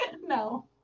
no